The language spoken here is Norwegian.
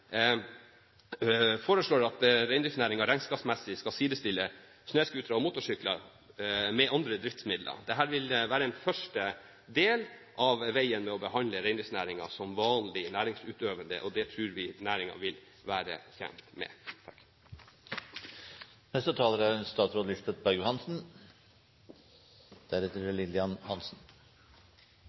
foreslår at reindriftsnæringen regnskapsmessig skal sidestille snøscootere og motorsykler med andre driftsmidler. Dette vil være en første del på veien mot å behandle reindriftsnæringen som vanlig næringsutøvende, og det tror vi næringen vil være tjent med.